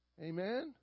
amen